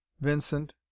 Vincent